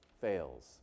fails